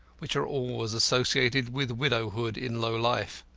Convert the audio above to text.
which are always associated with widowhood in low life.